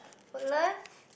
Woodlands